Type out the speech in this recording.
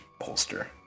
holster